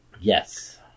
Yes